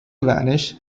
vanish